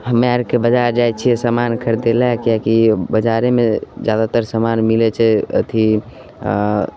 हमे आरके बाजार जाइ छिए सामान खरिदैले किएकि बाजारेमे जादातर सामान मिलै छै अथी अँ